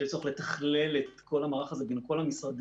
שצריך לתכלל את כל המערך הזה בין כל המשרדים,